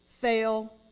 fail